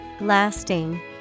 Lasting